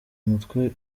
mutwe